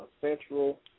central